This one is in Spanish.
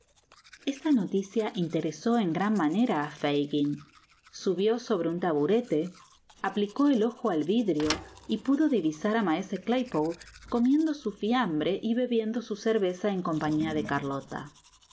esta noticia interesó en gran manera á fagin subió sobre un taburete aplicó el ojo al vidrio y pudo divisar a maese claypole comiendo su fiambre y bebiendo su cerveza en compañia de carlota ah